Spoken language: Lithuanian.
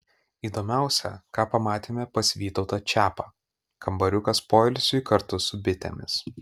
įdomiausia ką pamatėme pas vytautą čiapą kambariukas poilsiui kartu su bitėmis